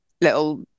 Little